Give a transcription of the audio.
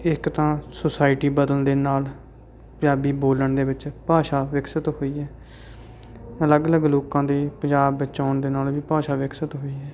ਇੱਕ ਤਾਂ ਸੁਸਾਇਟੀ ਬਦਲਣ ਦੇ ਨਾਲ ਪੰਜਾਬੀ ਬੋਲਣ ਦੇ ਵਿੱਚ ਭਾਸ਼ਾ ਵਿਕਸਿਤ ਹੋਈ ਹੈ ਅਲੱਗ ਅਲੱਗ ਲੋਕਾਂ ਦੇ ਪੰਜਾਬ ਵਿੱਚ ਆਉਣ ਦੇ ਨਾਲ ਵੀ ਭਾਸ਼ਾ ਵਿਕਸਿਤ ਹੋਈ ਹੈ